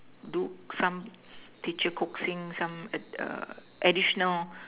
do some teacher coaxing some err additional